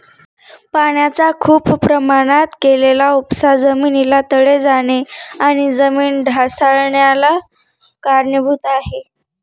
पाण्याचा खूप प्रमाणात केलेला उपसा जमिनीला तडे जाणे आणि जमीन ढासाळन्याला कारणीभूत आहे